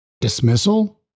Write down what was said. dismissal